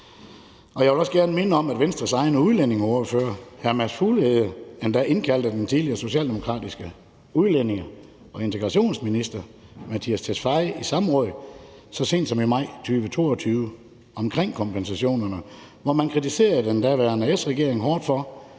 Og jeg vil også gerne minde om, at Venstres egen udlændingeordfører, hr. Mads Fuglede, endda kaldte den tidligere socialdemokratiske udlændinge- og integrationsminister hr. Mattias Tesfaye i samråd så sent som i maj 2022 omkring kompensationerne, hvor man kritiserede den daværende S-regering hårdt for